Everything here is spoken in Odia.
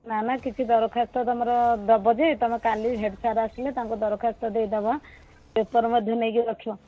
ନା ନା କିଛି ଦରଖାସ୍ତ ତମର ଦେବ ଯେ ତୁମେ କାଲି ହେଡ଼୍ ସାର୍ ଆସିଲେ ତାଙ୍କୁ ଦରଖାସ୍ତ ଦେଇଦେବ ପେପର ମଧ୍ୟ ନେଇକି ରଖିବ